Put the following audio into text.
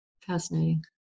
Fascinating